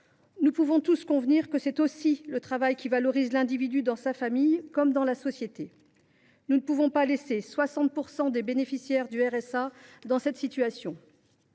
Nous pouvons tous convenir que c’est aussi le travail qui valorise l’individu, dans sa famille, comme dans la société. Nous ne pouvons pas laisser 60 % des bénéficiaires du RSA dans cette situation.